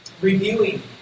reviewing